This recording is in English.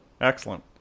Excellent